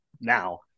now